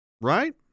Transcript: right